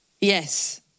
Yes